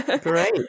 Great